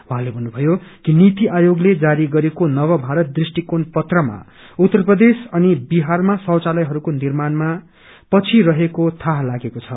उहाँले भन्नुभयो कि नीति आयोगले जारी गरेको नव भारत दृष्टिकोण पत्रमा उत्तर प्रदेश अनि बिहारमा शौचालयहरूको निम्प्रणमा पछि रहेको थाहा लागेको छ